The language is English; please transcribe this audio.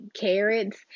carrots